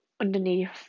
underneath